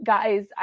Guys